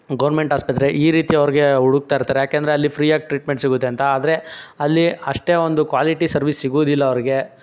government ಆಸ್ಪತ್ರೆ ಈ ರೀತಿ ಅವ್ರಿಗೆ ಹುಡುಕ್ತಾಯಿರ್ತಾರೆ ಏಕೆಂದ್ರೆ ಅಲ್ಲಿ ಪ್ರೀಯಾಗಿ ಟ್ರೀಟ್ಮೆಂಟ್ ಸಿಗುತ್ತೆ ಅಂತ ಆದರೆ ಅಲ್ಲಿ ಅಷ್ಟೇ ಒಂದು ಕ್ವಾಲಿಟಿ ಸರ್ವಿಸ್ ಸಿಗೋದಿಲ್ಲ ಅವ್ರಿಗೆ